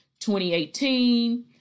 2018